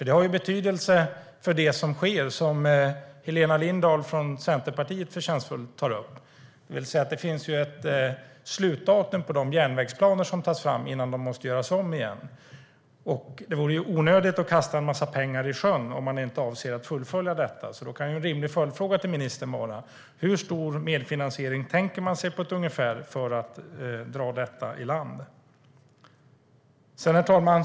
Det har betydelse för det som sker, som Helena Lindahl från Centerpartiet förtjänstfullt tog upp. Det finns ett slutdatum på de järnvägsplaner som tas fram innan de måste göras om igen. Det vore onödigt att kasta en massa pengar i sjön om man inte avser att fullfölja planerna. Då kan en rimlig följdfråga till ministern vara: Hur stor medfinansiering tänker man sig på ett ungefär för att dra detta i land? Herr talman!